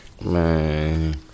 man